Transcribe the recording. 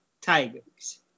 Tigers